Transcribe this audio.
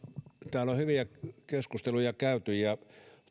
täällä on hyviä keskusteluja käyty ja